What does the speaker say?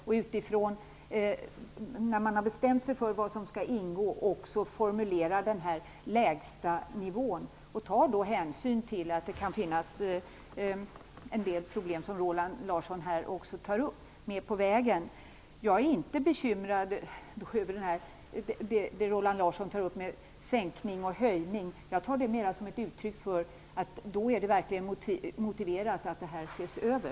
Och att man, när man har bestämt sig för vad som skall ingå, också formulerar den lägsta nivån och tar hänsyn till att det kan finnas en del problem på vägen, vilket Roland Larsson tar upp. Jag är inte bekymrad över den sänkning och höjning som Roland Larsson talar om. Jag tar det mer som uttryck för att det verkligen är motiverat att förhållandena ses över.